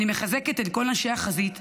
אני מחזקת את כל אנשי החזית,